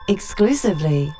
Exclusively